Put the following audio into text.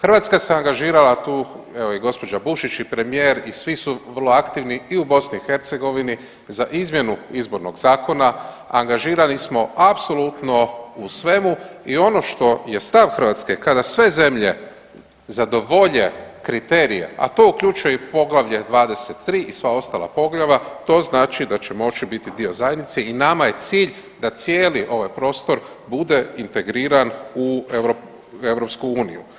Hrvatska se angažirala tu, evo i gđa. Bušić i premijer i svi su vrlo aktivni i u BiH za izmjenu Izbornog zakona angažirali smo apsolutno u svemu i ono što je stav Hrvatske kada sve zemlje zadovolje kriterije, a to uključuje i poglavlje 23 i sva ostala poglavlja, to znači da će moći biti dio zajednice i nama je cilj da cijeli ovaj prostor bude integriran u EU.